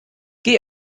geh